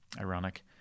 ironic